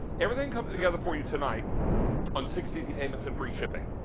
everything comes together for you tonight on six easy payments and free shipping.